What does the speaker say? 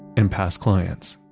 and past clients.